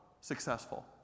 successful